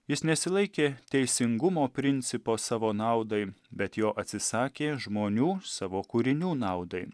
jis nesilaikė teisingumo principo savo naudai bet jo atsisakė žmonių savo kūrinių naudai